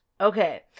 Okay